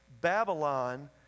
Babylon